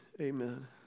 Amen